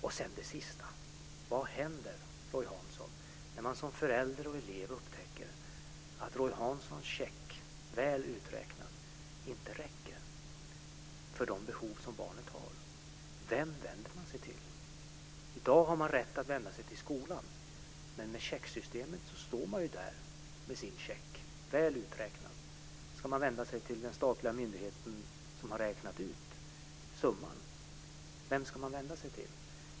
Och sedan det sista: Vad händer när man som förälder eller elev upptäcker att Roy Hanssons check, väl uträknad, inte räcker för de behov som finns? Vem vänder man sig till? I dag har man rätt att vända sig till skolan, men med checksystemet står man där med sin väluträknade check och undrar. Ska man vända sig till den statliga myndigheten som har räknat ut beloppet? Vem ska man vända sig till?